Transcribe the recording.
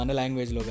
language